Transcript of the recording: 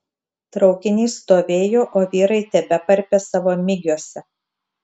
traukinys stovėjo o vyrai tebeparpė savo migiuose